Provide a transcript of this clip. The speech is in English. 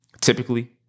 typically